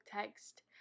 text